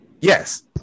yes